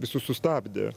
visus sustabdė